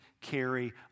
carry